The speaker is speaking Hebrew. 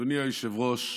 אדוני היושב-ראש,